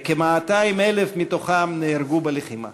וכ-200,000 מתוכם נהרגו בלחימה.